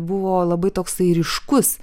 buvo labai toksai ryškus